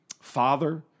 father